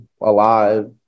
alive